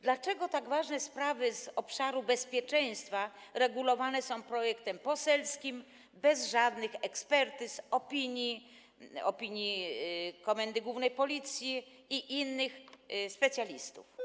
Dlaczego tak ważne sprawy z obszaru bezpieczeństwa regulowane są projektem poselskim, bez żadnych ekspertyz, opinii, opinii Komendy Głównej Policji i innych specjalistów?